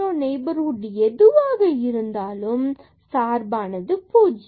neighbourhood எதுவாக இருந்தாலும் சார்பானது 0